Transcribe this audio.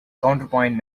counterpoint